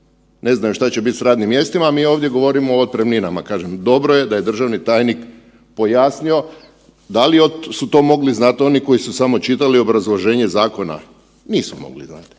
ne znaju šta će bit s radnim mjestima, a mi ovdje govorimo o otpremninama, kažem dobro je da je državni tajnik pojasnio da li su to mogli znat oni koji su samo čitali obrazloženje zakona? Nisu mogli znati.